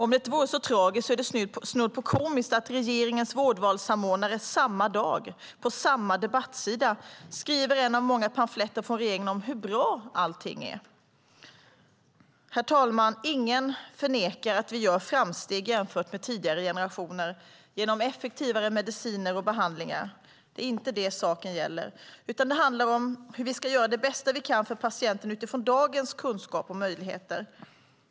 Om det inte vore så tragiskt är det snudd på komiskt att regeringens vårdvalssamordnare samma dag, på samma debattsida, skriver en av många pamfletter från regeringen om hur bra allting är. Herr talman! Ingen förnekar att vi gör framsteg jämfört med tidigare generationer genom effektivare mediciner och behandlingar. Det är inte det saken gäller, utan det handlar om hur vi ska göra det bästa vi kan för patienten utifrån dagens kunskap och möjligheter.